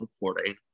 Recording